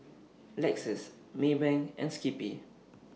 Lexus Maybank and Skippy